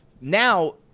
Now